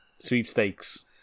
sweepstakes